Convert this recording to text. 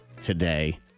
today